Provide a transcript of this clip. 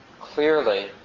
clearly